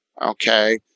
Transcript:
Okay